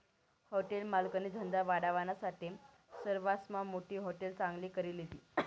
hotel मालकनी धंदा वाढावानासाठे सरवासमा मोठी हाटेल चांगली करी लिधी